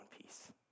peace